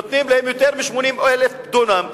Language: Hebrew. נותנים להם יותר מ-80,000 דונם,